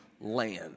land